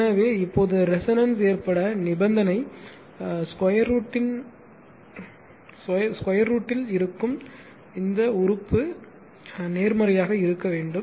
எனவே இப்போது ரெசோனன்ஸ் ஏற்பட நிபந்தனை 2 √ கீழ் இருக்கும் term இந்த சொல் நேர்மறையாக இருக்க வேண்டும்